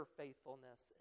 faithfulness